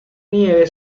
nieve